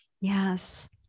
yes